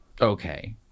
Okay